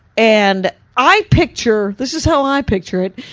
and i picture, this is how i picture it.